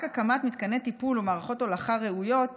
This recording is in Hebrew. רק הקמת מתקני טיפול ומערכות הולכה ראויות